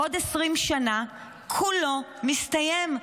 עוד 20 שנה כולו מסתיים,